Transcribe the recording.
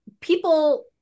people